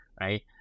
right